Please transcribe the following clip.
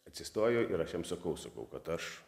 atsistoju ir aš jam sakau sakau kad aš